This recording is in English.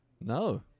no